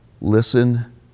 Listen